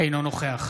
אינו נוכח